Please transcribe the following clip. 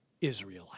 Israelite